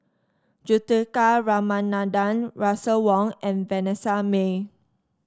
Juthika Ramanathan Russel Wong and Vanessa Mae